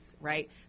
right